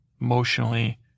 emotionally